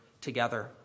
together